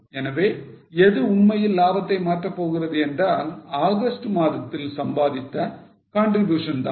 எனவே எது உண்மையில் லாபத்தை மாற்றப் போகிறது என்றால் ஆகஸ்ட் மாதத்தில் சம்பாதித்த contribution தான்